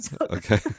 okay